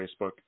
Facebook